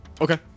okay